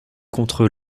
contre